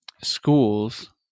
schools